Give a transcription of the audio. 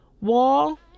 wall